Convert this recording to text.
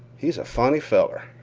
he's a funny feller.